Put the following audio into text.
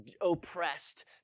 oppressed